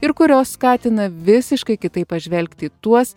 ir kurios skatina visiškai kitaip pažvelgti į tuos